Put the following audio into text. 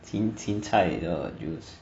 青青菜的 juice